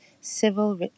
civil